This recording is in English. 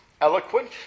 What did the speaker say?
Eloquent